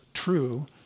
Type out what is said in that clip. true